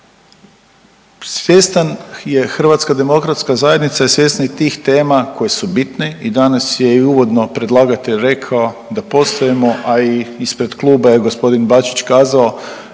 Hrvatska demokratska zajednica je svjesna tih tema koje su bitno i danas je i uvodno predlagatelj rekao da postojimo, a i ispred Kluba je gospodin Bačić kazao